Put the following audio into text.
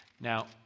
Now